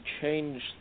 change